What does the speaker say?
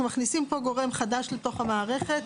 אנחנו מכניסים פה גורם חדש לתוך המערכת